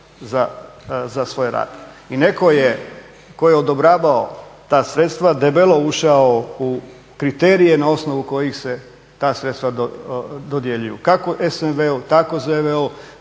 za svoj rad. I netko je, tko je odobravao ta sredstva, debelo ušao u kriterije na osnovu kojih se ta sredstva dodjeljuju. Kako SNV-u, tako …,